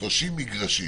30 מגרשים